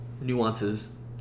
nuances